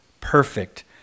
perfect